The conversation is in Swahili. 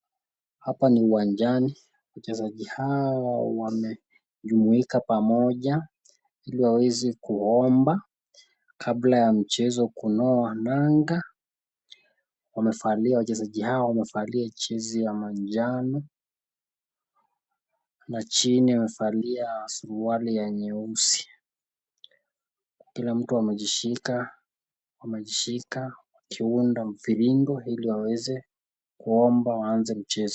Hapa ni uwanjani, wachezaji hawa wamejumuika pamoja ili waweze kuomba kabla ya mchezo kunoa nanga. Wamevalia, wachezaji hawa wamevalia jezi ya manjano na chini wamevalia suruali ya nyeusi. Kila mtu amejishika, wamejishika wakiunda mvirongo ili waweze kuomba waanze mchezo.